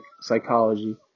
psychology